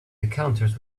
encounters